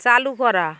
চালু করা